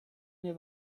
nie